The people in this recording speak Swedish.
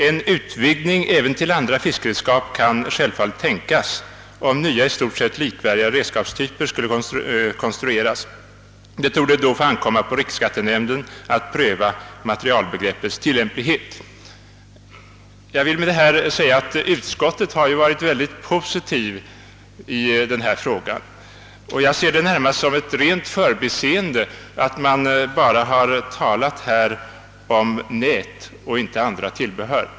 En utvidgning även till andra fiskeredskap kan självfallet tänkas, om nya i stort sett likvärdiga redskapstyper skulle konstrueras. Det torde då få ankomma på riksskattenämnden att pröva materialbegreppets tillämplighet.» Jag vill med detta visa att utskottet ställt sig mycket positivt i denna fråga, och jag betraktar det närmast som ett rent förbiseende att det endast talas om »nät» och inte om »andra tillbehör».